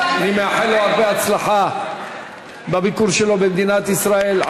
אני מאחל לו הרבה הצלחה בביקור שלו במדינת ישראל.